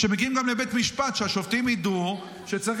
שזה יגיע גם לבית משפט והשופטים ידעו שצריך